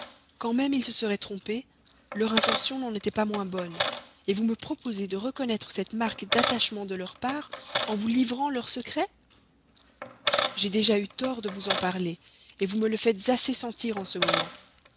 quand même ils se seraient trompés leur intention n'en était pas moins bonne vous me proposez de reconnaître cette marque d'attachement de leur part en vous livrant leur secret j'ai déjà eu tort de vous en parler vous me le faites assez sentir dans ce moment